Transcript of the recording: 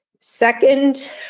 Second